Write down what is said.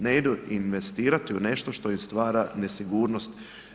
Ne idu investirati u nešto što im stvara nesigurnost.